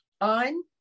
On